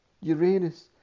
Uranus